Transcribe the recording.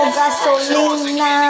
gasolina